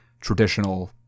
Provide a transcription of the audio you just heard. traditional